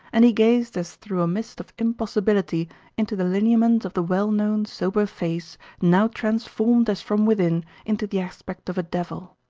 and he gazed as through a mist of impossibility into the lineaments of the well-known, sober face now transformed as from within into the aspect of a devil.